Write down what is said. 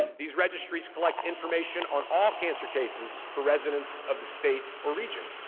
these registries collect information on all cancer cases for residents of the state or region.